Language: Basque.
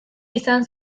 izan